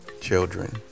children